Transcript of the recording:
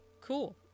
Cool